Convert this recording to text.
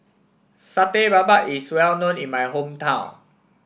Satay Babat is well known in my hometown